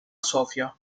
sofia